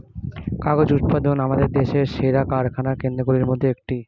কাগজ উৎপাদন আমাদের দেশের সেরা কারখানা কেন্দ্রগুলির মধ্যে একটি